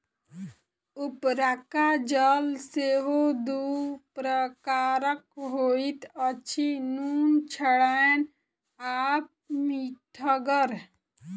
उपरका जल सेहो दू प्रकारक होइत अछि, नुनछड़ैन आ मीठगर